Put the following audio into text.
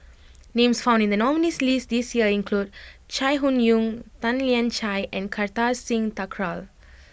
names found in the nominees' list this year include Chai Hon Yoong Tan Lian Chye and Kartar Singh Thakral